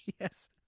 Yes